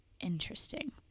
interesting